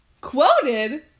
Quoted